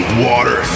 water